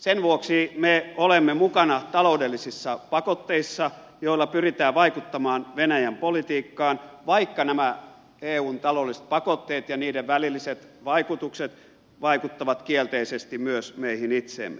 sen vuoksi me olemme mukana taloudellisissa pakotteissa joilla pyritään vaikuttamaan venäjän politiikkaan vaikka nämä eun taloudelliset pakotteet ja niiden välilliset vaikutukset vaikuttavat kielteisesti myös meihin itseemme